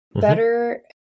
better